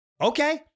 Okay